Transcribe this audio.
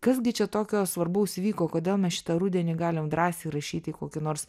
kas gi čia tokio svarbaus įvyko kodėl mes šitą rudenį galim drąsiai rašyt į kokį nors